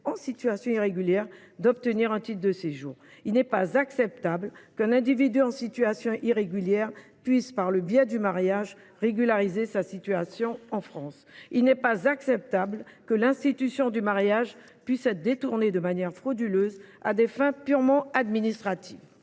en situation irrégulière, d’obtenir un titre de séjour. Il n’est pas acceptable qu’un individu en situation irrégulière puisse, par le biais du mariage, régulariser sa situation en France. Il n’est pas acceptable que l’institution du mariage puisse être détournée de manière frauduleuse à des fins purement administratives.